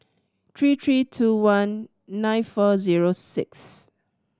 three three two one nine four zero six